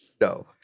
no